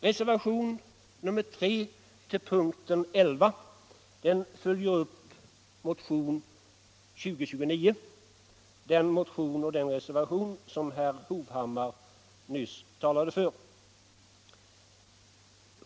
Reservationen 3 vid punkten 11 följer upp motionen 1975/76:2029 — 119 den motion och den reservation som herr Hovhammar nyss talade om.